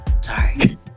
Sorry